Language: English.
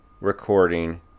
recording